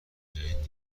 جدید